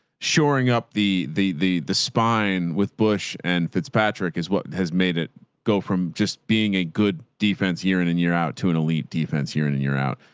shoring up the, the, the, the spine with bush and fitzpatrick is what has made it go from just being a good defense year in and year out to an elite defense here in and year out,